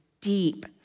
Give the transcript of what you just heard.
deep